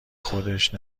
خودش